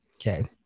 okay